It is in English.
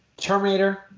Terminator